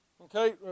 Okay